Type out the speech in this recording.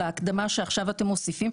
להקדמה שעכשיו אתם מוסיפים,